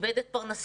שאיבד את פרנסתו.